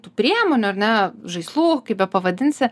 tų priemonių ar ne žaislų kaip bepavadinsi